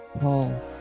Paul